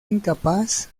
incapaz